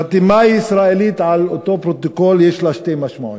חתימה ישראלית על אותו פרוטוקול יש לה שתי משמעויות: